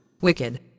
Wicked